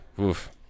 Oof